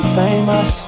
famous